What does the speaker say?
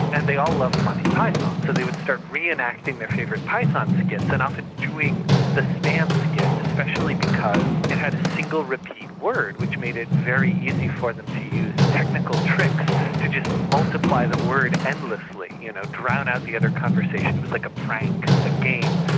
and they all loved monty python, so they would start re-enacting their favourite skits and often doing the spam skit, especially because it had a single repeated word, which made it very easy for them to use technical tricks to just multiply the word endlessly, you know drown out the other conversation. it was like a prank, a game.